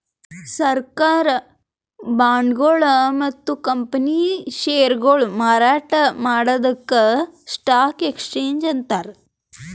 ಸರ್ಕಾರ್ ಬಾಂಡ್ಗೊಳು ಮತ್ತ್ ಕಂಪನಿ ಷೇರ್ಗೊಳು ಮಾರಾಟ್ ಮಾಡದಕ್ಕ್ ಸ್ಟಾಕ್ ಎಕ್ಸ್ಚೇಂಜ್ ಅಂತಾರ